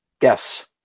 Guess